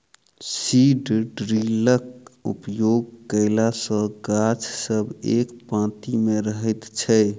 seed ड्रिलक उपयोग कयला सॅ गाछ सब एक पाँती मे रहैत छै